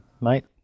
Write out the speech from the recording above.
mate